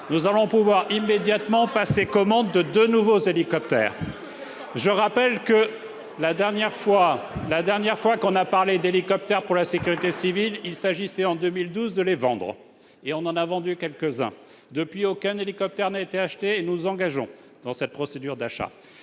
nous pourrons immédiatement passer commande de deux nouveaux hélicoptères. Je rappelle que, la dernière fois qu'on a parlé d'hélicoptères pour la sécurité civile, il s'agissait, en 2012, de les vendre ! Et on en a vendu quelques-uns ! Depuis lors, aucun hélicoptère n'a été acheté et nous engageons cette procédure d'achat.